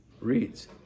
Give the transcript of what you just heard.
reads